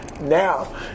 now